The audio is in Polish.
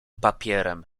papierem